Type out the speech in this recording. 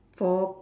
for